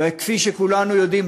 וכפי שכולנו יודעים,